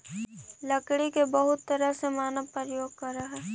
लकड़ी के बहुत तरह से मानव प्रयोग करऽ हइ